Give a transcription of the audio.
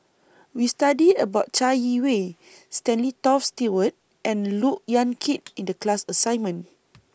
We studied about Chai Yee Wei Stanley Toft Stewart and Look Yan Kit in The class assignment